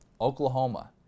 Oklahoma